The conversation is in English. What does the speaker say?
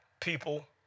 people